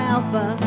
Alpha